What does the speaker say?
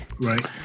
Right